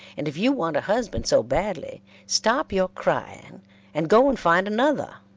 and if you want a husband so badly, stop your crying and go and find another.